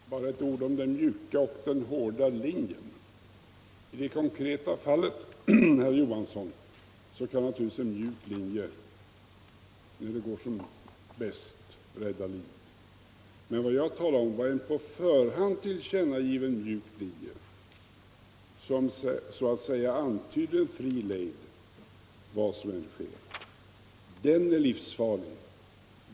Herr talman! Bara några ord om den mjuka och den hårda linjen. I det konkreta fallet, herr Johansson, kan naturligtvis en mjuk linje, när det går som bäst, rädda liv. Men vad jag talade om var en på förhand tillkännagiven mjuk linje, som så att säga antyder fri lejd vad som än sker. Den är livsfarlig.